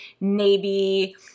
navy